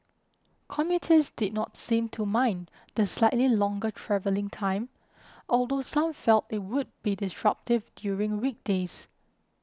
commuters did not seem to mind the slightly longer travelling time although some felt it would be disruptive during weekdays